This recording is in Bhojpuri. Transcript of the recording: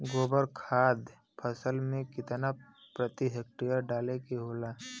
गोबर खाद फसल में कितना प्रति हेक्टेयर डाले के होखेला?